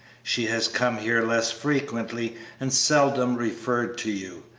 she has come here less frequently and seldom referred to you,